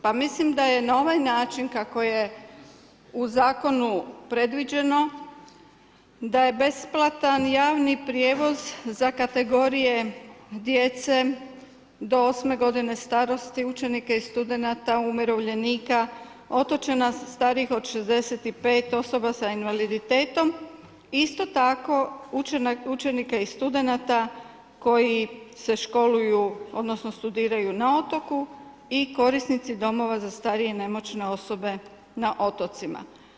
Pa mislim da je na ovaj način kako je u zakonu predviđeno, da je besplatan javni prijevoz za kategorije djece do 8 g. starosti, učenika i studenata, umirovljenika, otočana, starijih od 65, osoba s invaliditetom, isto tako, učenika i studenata koji se školuju, odnosno studiraju na otoku i korisnici domova za starije i nemoćne osobe na otocima.